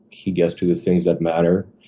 he gets to the things that matter,